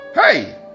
Hey